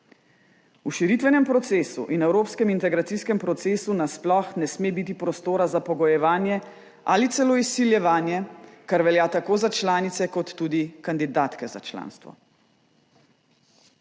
V širitvenem procesu in evropskem integracijskem procesu nasploh ne sme biti prostora za pogojevanje ali celo izsiljevanje, kar velja tako za članice kot tudi kandidatke za članstvo.